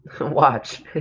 watch